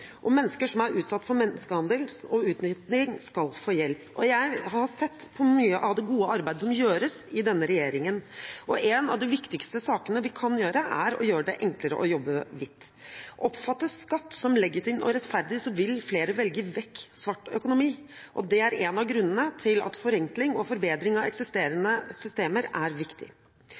Mennesker som er utsatt for menneskehandel og utnytting, skal få hjelp. Jeg har sett på mye av det gode arbeidet som gjøres i denne regjeringen, og noe av de viktigste vi kan gjøre, er å gjøre det enklere å jobbe hvitt. Oppfattes skatt som legitim og rettferdig, vil flere velge vekk svart økonomi, og det er en av grunnene til at forenkling og forbedring av eksisterende systemer er viktig.